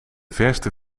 verste